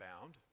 bound